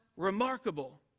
remarkable